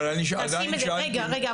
אבל אני עדיין שאלתי --- רגע, רגע.